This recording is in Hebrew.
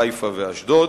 חיפה ואשדוד.